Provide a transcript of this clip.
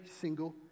single